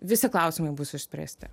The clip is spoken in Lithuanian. visi klausimai bus išspręsti